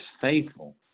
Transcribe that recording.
faithful